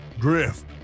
drift